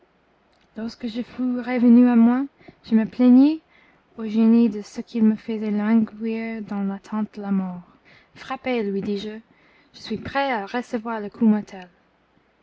lorsque je fus revenu à moi je me plaignis au génie de ce qu'il me faisait languir dans l'attente de la mort frappez lui disje je suis prêt à recevoir le coup mortel